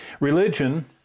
Religion